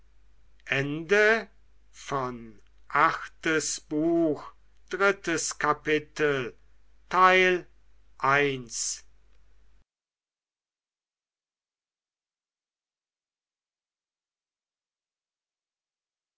achtes buch erstes kapitel